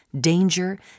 danger